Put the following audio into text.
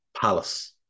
Palace